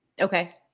Okay